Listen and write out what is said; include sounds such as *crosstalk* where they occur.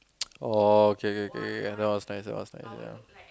*noise* oh K K K that one is nice that one is nice ya